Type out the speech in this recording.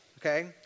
okay